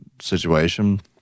situation